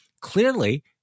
clearly